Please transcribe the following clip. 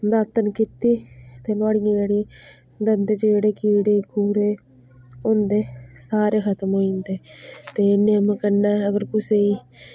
दातन कीती ते नुआढ़े ने जेह्ड़े दंदे च जेह्ड़े कीड़े कूड़े होंदे सारे खतम होई जंदे ते निम्म कन्नै अगर कुसैई